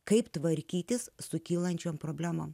kaip tvarkytis su kylančiom problemom